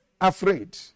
afraid